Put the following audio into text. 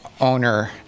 owner